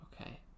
Okay